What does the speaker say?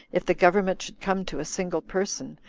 if the government should come to a single person,